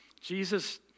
Jesus